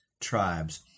tribes